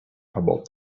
about